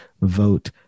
vote